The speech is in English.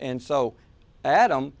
and so adam